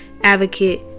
advocate